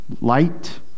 light